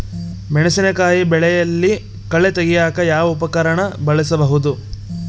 ಮೆಣಸಿನಕಾಯಿ ಬೆಳೆಯಲ್ಲಿ ಕಳೆ ತೆಗಿಯಾಕ ಯಾವ ಉಪಕರಣ ಬಳಸಬಹುದು?